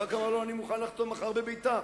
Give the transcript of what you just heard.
ברק אמר לו: אני מוכן לחתום מחר בביתר.